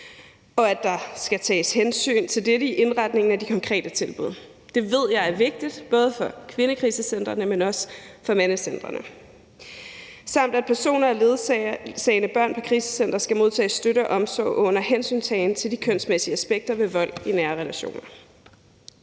og at der skal tages hensyn til dette i indretningen af de konkrete tilbud – det ved jeg er vigtigt, både for kvindekrisecentrene, men også for mandecentrene – samt at personer og ledsagende børn på krisecenteret skal modtage støtte og omsorg under hensyntagen til de kønsmæssige aspekter ved vold i nære relationer.